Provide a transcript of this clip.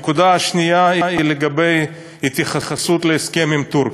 הנקודה השנייה היא לגבי ההתייחסות להסכם עם טורקיה.